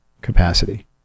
capacity